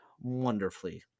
wonderfully